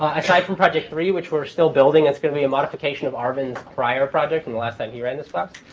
aside from project three, which we're still building, that's going to be a modification of arvin's prior project from the last time he ran this class.